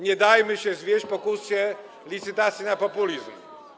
Nie dajmy się zwieść pokusie licytacji na populizm.